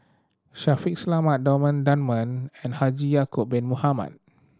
Shaffiq Selamat Thomas Dunman and Haji Ya'acob Bin Mohamed